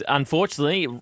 unfortunately